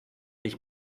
ich